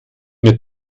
mir